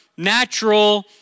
natural